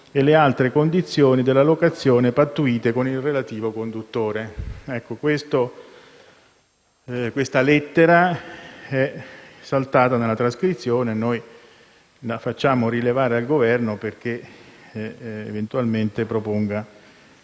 e le altre condizioni della locazione pattuite con il relativo conduttore». Questa lettera è saltata nella trascrizione e noi lo facciamo rilevare al Governo perché eventualmente proponga